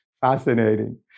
fascinating